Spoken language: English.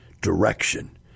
Direction